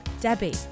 Debbie